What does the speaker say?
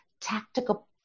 tactical